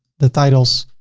the titles,